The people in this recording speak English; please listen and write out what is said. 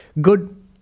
Good